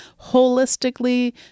holistically